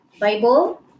Bible